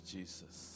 Jesus